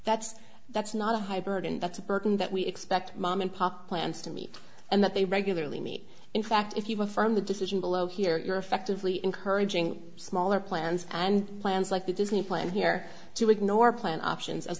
that's that's not a high burden that's a burden that we expect mom and pop plans to meet and that they regularly meet in fact if you affirm the decision below here you're effectively encouraging smaller plans and plans like the disney plan here to ignore plan options as